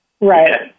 right